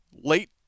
late